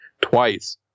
Twice